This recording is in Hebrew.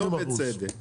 ולא בצדק.